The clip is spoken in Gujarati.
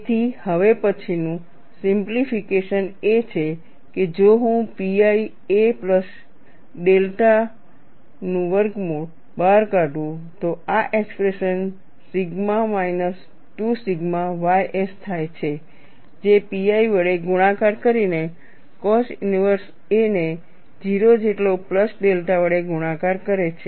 તેથી હવે પછીનું સિમ્પલિફિકેશન એ છે કે જો હું pi a પ્લસ ડેલ્ટા નું વર્ગમૂળ બહાર કાઢું તો આ expression sigma minus 2 sigma ys થાય છે જે pi વડે ગુણાકાર કરીને cos ઇનવર્સ a ને 0 જેટલો પ્લસ ડેલ્ટા વડે ગુણાકાર કરે છે